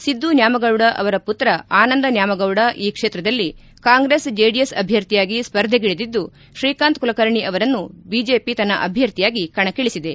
ಸಿದ್ದು ನ್ಯಾಮಗೌಡ ಅವರ ಪುತ್ರ ಆನಂದ ನ್ಯಾಮಗೌಡ ಈ ಕ್ಷೇತ್ರದಲ್ಲಿ ಕಾಂಗ್ರೆಸ್ ಜೆಡಿಎಸ್ ಅಭ್ಯರ್ಥಿಯಾಗಿ ಸ್ಪರ್ಧೆಗಿಳಿದಿದ್ದು ಶ್ರೀಕಾಂತ್ ಕುಲಕರ್ಣಿ ಅವರನ್ನು ಬಿಜೆಪಿ ತನ್ನ ಅಭ್ಯರ್ಥಿಯಾಗಿ ಕಣಕ್ಕಿಳಿಸಿದೆ